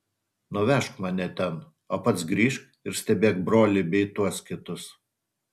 nuvežk mane ten o pats grįžk ir stebėk brolį bei tuos kitus